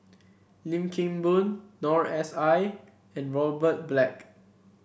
Lim Kim Boon Noor S I and Robert Black